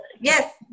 yes